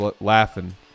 laughing